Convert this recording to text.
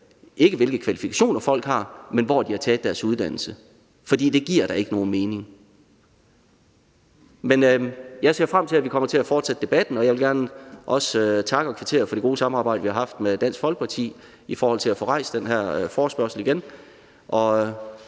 ikke hvilke kvalifikationer folk har, men hvor de har taget deres uddannelse? For det giver da ikke nogen mening. Men jeg ser frem til, at vi kommer til at fortsætte debatten, og jeg vil også gerne takke og kvittere for det gode samarbejde, vi har haft med Dansk Folkeparti i forhold til at få rejst den her problemstilling